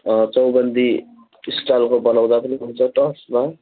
अँ चौबन्दी स्टाइलको बनाउँदा पनि हुन्छ टप्समा